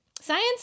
science